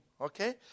Okay